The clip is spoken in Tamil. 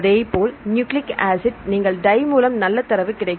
அதைப்போல் நியூக்ளிக் ஆசிட் நீங்கள் டை மூலம் நல்ல தரவு கிடைக்கும்